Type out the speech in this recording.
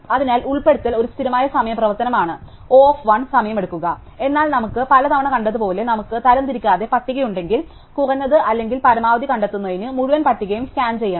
അതിനാൽ ഉൾപ്പെടുത്തൽ ഒരു സ്ഥിരമായ സമയ പ്രവർത്തനമാണ് O സമയമെടുക്കുന്നു എന്നാൽ നമുക്ക് പലതവണ കണ്ടതുപോലെ നമുക്ക് തരംതിരിക്കാത്ത പട്ടിക ഉണ്ടെങ്കിൽ കുറഞ്ഞത് അല്ലെങ്കിൽ പരമാവധി കണ്ടെത്തുന്നതിന് മുഴുവൻ പട്ടികയും സ്കാൻ ചെയ്യണം